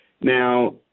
Now